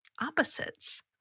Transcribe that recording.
opposites